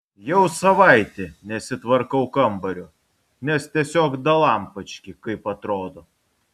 jau savaitę nesitvarkau kambario nes tiesiog dalampački kaip atrodo